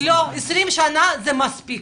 לא, 20 שנה זה מספיק.